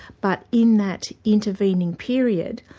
but in that intervening period,